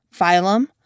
phylum